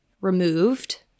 removed